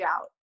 out